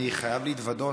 אני חייב להתוודות,